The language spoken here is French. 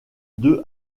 deux